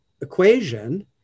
equation